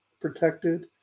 protected